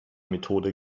methode